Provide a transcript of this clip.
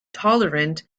tolerant